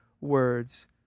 words